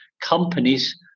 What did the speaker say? companies